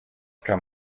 kann